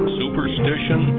superstition